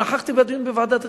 נכחתי בדיון בוועדת הכספים,